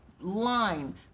line